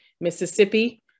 Mississippi